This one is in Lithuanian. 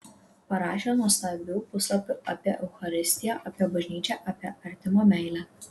parašė nuostabių puslapių apie eucharistiją apie bažnyčią apie artimo meilę